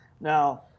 Now